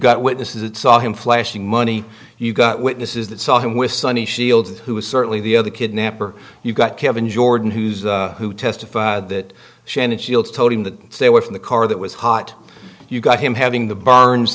got witnesses that saw him flashing money you've got witnesses that saw him with sonny shields who is certainly the other kidnapper you've got kevin jordan who's who testified that shannon shields told him that stay away from the car that was hot you got him having the burns